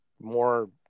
more